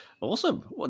Awesome